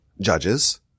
judges